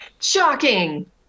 Shocking